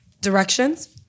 directions